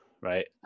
right